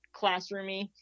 classroomy